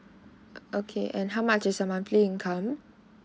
okay and how much is your monthly income